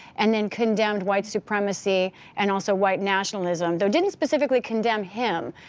and then condemned white supremacy and also white nationalism, though didn't specifically condemn him.